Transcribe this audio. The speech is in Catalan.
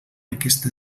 aquesta